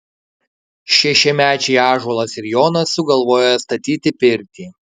šešiamečiai ąžuolas ir jonas sugalvoja statyti pirtį